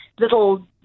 little